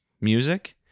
music